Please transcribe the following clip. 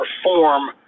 reform